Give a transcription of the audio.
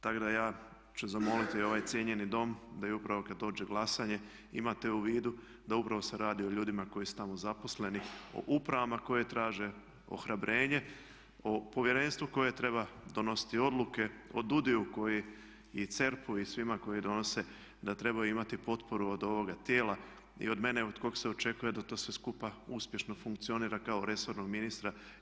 Tako da ja ću zamoliti ovaj cijenjeni dom da i upravo kad dođe glasanje imate u vidu da upravo se radi o ljudima koji su tamo zaposleni, o upravama koje traže ohrabrenje, o povjerenstvu koje treba donositi odluke, o DUUDI-ju koji, i CERP-u i svima koji donose, da trebaju imati potporu od ovoga tijela i od mene od kog se očekuje da to sve skupa uspješno funkcionira kao resornog ministra.